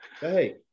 hey